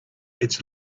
its